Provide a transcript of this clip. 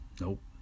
Nope